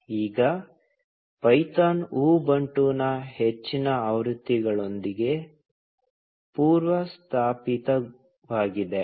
ಈಗ ಪೈಥಾನ್ ಉಬುಂಟುನ ಹೆಚ್ಚಿನ ಆವೃತ್ತಿಗಳೊಂದಿಗೆ ಪೂರ್ವಸ್ಥಾಪಿತವಾಗಿದೆ